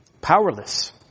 powerless